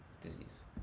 disease